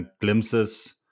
glimpses